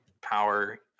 power